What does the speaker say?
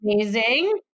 amazing